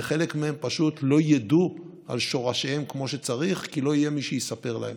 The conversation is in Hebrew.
וחלק מהם פשוט לא ידעו על שורשיהם כמו שצריך כי לא יהיה מי שיספר להם,